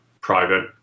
private